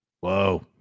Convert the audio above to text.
Whoa